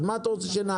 אז מה אתה רוצה שנעשה?